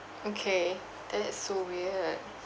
okay that is so weird